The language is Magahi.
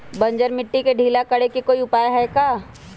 बंजर मिट्टी के ढीला करेके कोई उपाय है का?